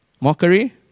Mockery